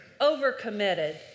overcommitted